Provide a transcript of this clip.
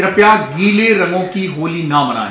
कृपया गीले रंगों की होली न मनाएं